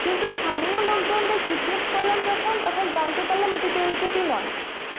কিন্তু স্থানীয় লোকজনদের জিজ্ঞেস করলাম যখন তখন জানতে পারলাম এটি তেলকুপি নয়